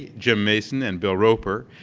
jim mason and bill roper,